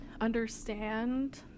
understand